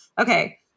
okay